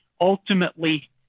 ultimately